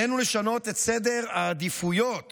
עלינו לשנות את סדר העדיפויות